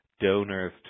donors